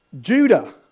Judah